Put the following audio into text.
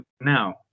now